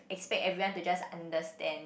expect everyone to understand